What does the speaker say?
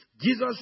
Jesus